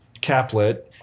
caplet